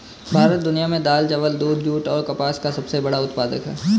भारत दुनिया में दाल, चावल, दूध, जूट और कपास का सबसे बड़ा उत्पादक है